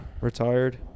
Retired